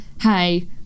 hey